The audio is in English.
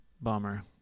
bummer